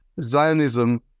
Zionism